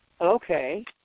okay